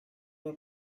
were